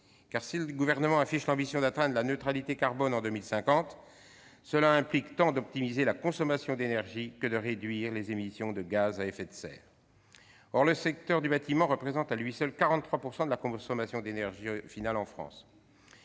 Car si notre gouvernement affiche l'ambition d'atteindre la neutralité carbone en 2050, cela implique à la fois d'optimiser la consommation d'énergie et de réduire les émissions de gaz à effet de serre. Or le secteur du bâtiment représente à lui seul 43 % de la consommation d'énergie finale en France.